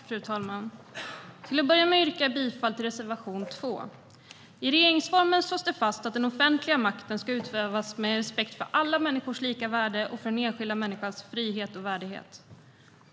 Fri och rättigheter Fru talman! Till att börja med yrkar jag bifall till reservation 2. I regeringsformen slås det fast att den offentliga makten ska utövas med respekt för alla människors lika värde och för den enskilda människans frihet och värdighet.